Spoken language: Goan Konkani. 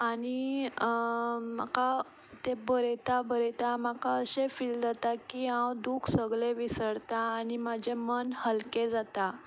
आनी म्हाका तें बरयता बरयता म्हाका अशें फील जाता की हांव दूख सगलें विसरता आनी म्हजें मन हलकें जाता